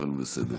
הכול בסדר.